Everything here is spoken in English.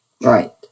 Right